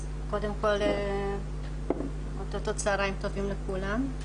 אז קודם כל אוטוטו צהרים טובים לכולם.